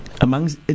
Amongst